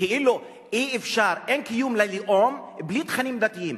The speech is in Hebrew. כאילו אי-אפשר, אין קיום ללאום בלי תכנים דתיים.